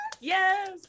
Yes